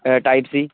type C